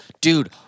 dude